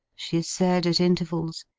she said at intervals,